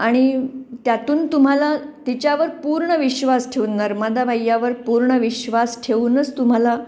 आणि त्यातून तुम्हाला तिच्यावर पूर्ण विश्वास ठेवून नर्मदा मैयावर पूर्ण विश्वास ठेवूनच तुम्हाला